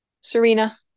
Serena